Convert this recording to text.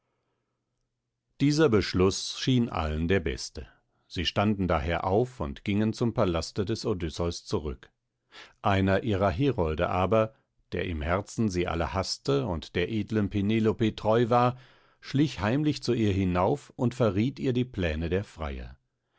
dieser beschluß schien allen der beste sie standen daher auf und gingen zum palaste des odysseus zurück einer ihrer herolde aber der im herzen sie alle haßte und der edlen penelope treu war schlich heimlich zu ihr hinauf und verriet ihr die pläne der freier